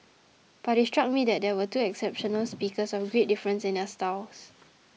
but it struck me that here were two exceptional speakers of great difference in their styles